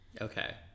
Okay